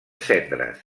cendres